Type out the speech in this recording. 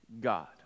God